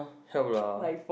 help lah